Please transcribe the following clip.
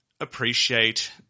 appreciate